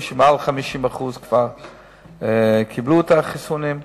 שבהם יותר מ-50% כבר קיבלו את החיסונים.